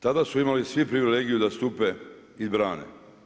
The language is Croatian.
Tada su imali svi privilegiju da stupe i brane.